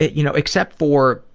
you know, except for,